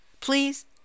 please